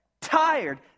tired